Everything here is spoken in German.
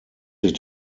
sich